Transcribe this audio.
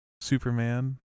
Superman